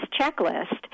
checklist